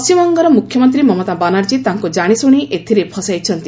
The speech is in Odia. ପଶ୍ଚିମବଙ୍ଗର ମୁଖ୍ୟମନ୍ତ୍ରୀ ମମତା ବାନାର୍ଜୀ ତାଙ୍କୁ ଜାଶିଶୁଣି ଏଥିରେ ଫସାଇଛନ୍ତି